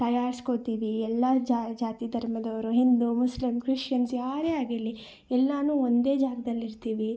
ತಯಾರಿಸ್ಕೊತೀವಿ ಎಲ್ಲ ಜಾತಿ ಧರ್ಮದವ್ರು ಹಿಂದೂ ಮುಸ್ಲಿಮ್ ಕ್ರಿಶ್ಚಿಯನ್ಸ್ ಯಾರೇ ಆಗಿರಲಿ ಎಲ್ಲಾ ಒಂದೇ ಜಾಗ್ದಲ್ಲಿರ್ತೀವಿ